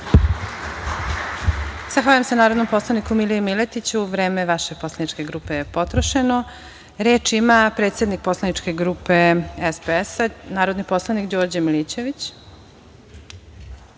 Zahvaljujem se, narodnom poslaniku Miliji Miletiću. Vreme vaše poslaničke grupe je potrošeno. Reč ima predsednik poslaničke grupe SPS, Đorđe Milićević.